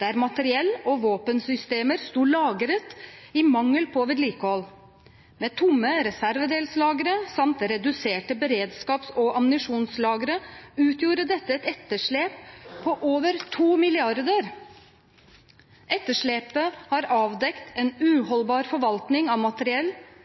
der materiell og våpensystemer sto lagret i mangel på vedlikehold – med tomme reservedelslagre samt reduserte beredskaps- og ammunisjonslagre utgjorde dette et etterslep på over 2 mrd. kr. Etterslepet har avdekket en uholdbar forvaltning av materiell